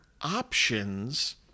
options